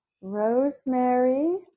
Rosemary